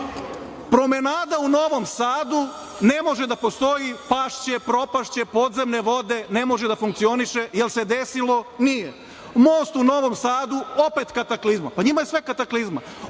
Nije. Promenada u Novom Sadu ne može da postoji, pašće, propašće, podzemne vode, ne može da funkcioniše. Da li se desilo? Nije. Most u Novom Sadu opet kataklizma, pa njima je sve kataklizma.